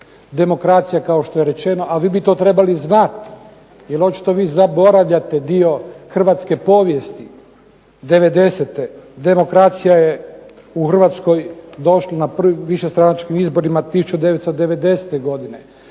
Demokracija kao što je rečeno, a vi bi to trebali znati, jer očito vi zaboravljate dio hrvatske povijesti '90.-te demokracija je u Hrvatskoj došla na višestranačkim izborima 1990. godine.